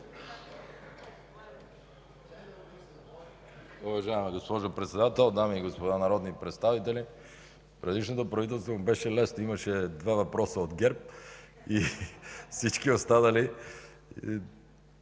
Уважаема госпожо Председател, дами и господа народни представители! На предишното правителство му беше лесно – имаше два въпроса от ГЕРБ и всички останали